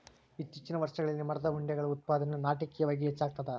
ಇತ್ತೀಚಿನ ವರ್ಷಗಳಲ್ಲಿ ಮರದ ಉಂಡೆಗಳ ಉತ್ಪಾದನೆಯು ನಾಟಕೀಯವಾಗಿ ಹೆಚ್ಚಾಗ್ತದ